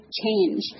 change